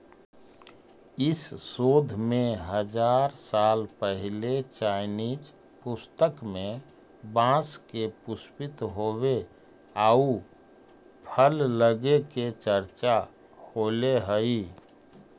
इस शोध में हजार साल पहिले चाइनीज पुस्तक में बाँस के पुष्पित होवे आउ फल लगे के चर्चा होले हइ